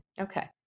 Okay